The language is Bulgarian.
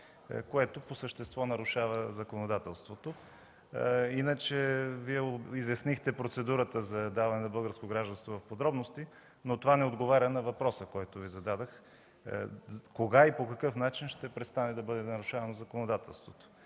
което по същество нарушава законодателството. Иначе, Вие изяснихте процедурата за даване на българско гражданство в подробности, но това не отговаря на въпроса, който Ви зададох: кога и по какъв начин ще престане да бъде нарушавано законодателството?